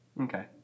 Okay